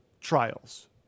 trials